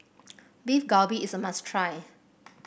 Beef Galbi is a must try